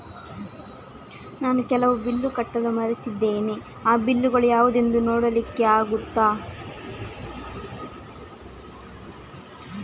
ನಾನು ಕೆಲವು ಬಿಲ್ ಕಟ್ಟಲು ಮರ್ತಿದ್ದೇನೆ, ಆ ಬಿಲ್ಲುಗಳು ಯಾವುದೆಂದು ನೋಡ್ಲಿಕ್ಕೆ ಆಗುತ್ತಾ?